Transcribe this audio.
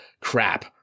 crap